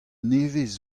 nevez